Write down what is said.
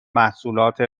محصولات